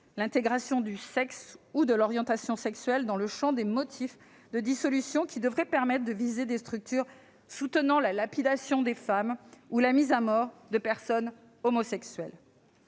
l'intégration du sexe ou de l'orientation sexuelle dans le champ des motifs de dissolution, ce qui devrait permettre de viser des structures soutenant la lapidation des femmes ou la mise à mort de personnes homosexuelles